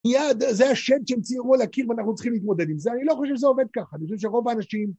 זה השד שהם ציירו על הקיר ואנחנו צריכים להתמודד עם זה, אני לא חושב שזה עובד ככה, אני חושב שרוב האנשים